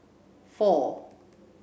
four